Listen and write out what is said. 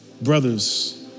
Brothers